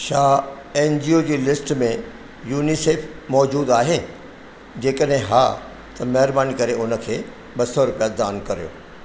छा N G O जी list में यूनीसेक्स मौजूदु आहे जेकॾहिं हा त महिरबानी करे उन खे ॿ सौ रुपया दान करियो